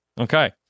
Okay